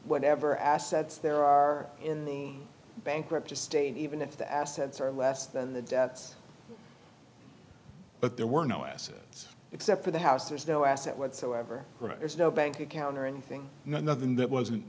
whatever assets there are in the bankrupt estate even if the assets are less than the debts but there were no assets except for the house there's no asset whatsoever there's no bank account or anything nothing that wasn't